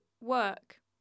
work